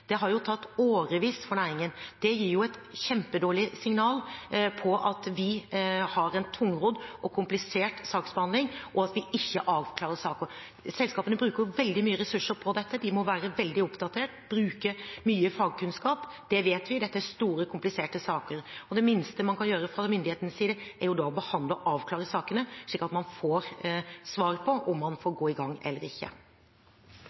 Det har jo tatt årevis for næringen. Det gir et kjempedårlig signal om at vi har en tungrodd og komplisert saksbehandling, og at vi ikke avklarer saker. Selskapene bruker veldig mye ressurser på dette, de må være veldig oppdatert, bruke mye fagkunnskap, det vet vi. Dette er store og kompliserte saker. Det minste man da kan gjøre fra myndighetenes side, er å behandle og avklare sakene, slik at man får svar på om man får gå i gang eller ikke.